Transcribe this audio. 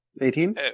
eighteen